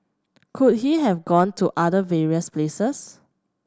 could he have gone to other various places